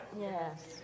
Yes